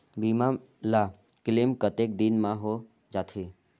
बीमा ला क्लेम कतेक दिन मां हों जाथे?